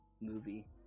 movie